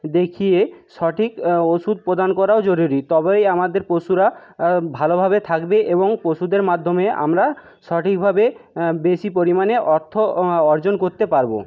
দেখিয়ে সঠিক ওষুধ প্রদান করাও জরুরি তবেই আমাদের পশুরা ভালোভাবে থাকবে এবং পশুদের মাধ্যমে আমরা সঠিকভাবে বেশি পরিমাণে অর্থ অর্জন করতে পারব